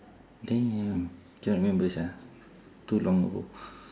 damn cannot remember sia too long ago